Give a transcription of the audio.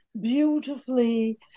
beautifully